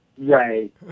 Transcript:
right